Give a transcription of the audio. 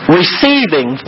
receiving